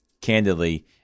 candidly